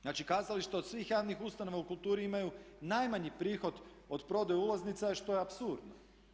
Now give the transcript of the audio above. Znači kazališta od svih javnih ustanova u kulturi imaju najmanji prihod od prodaje ulaznica što je apsurdno.